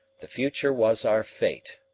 the future was our fate.